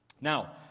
Now